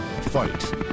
fight